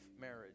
marriage